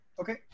Okay